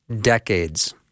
decades